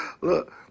look